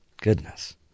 Goodness